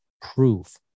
Proof